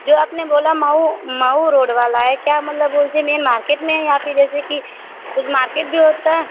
जो आपने बोला माऊ माऊ रोड वाला है क्या मतलब वह उसी मैन मार्केट में है या फिर जैसे कि कुछ मार्केट भी होता